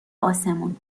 آسمون